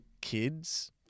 kids